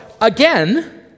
again